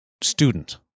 student